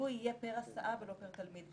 שהליווי יהיה פר הסעה ולא פר תלמיד,